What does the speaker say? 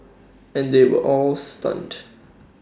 and they were all stunned